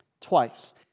Twice